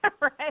right